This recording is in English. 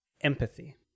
Empathy